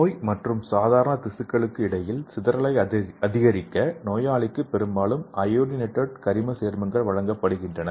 நோய் மற்றும் சாதாரண திசுக்களுக்கு இடையில் சிதறலை அதிகரிக்க நோயாளிகளுக்கு பெரும்பாலும் அயோடினேட்டட் கரிம சேர்மங்கள் வழங்கப்படுகின்றன